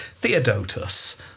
Theodotus